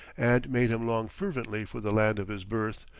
and made him long fervently for the land of his birth,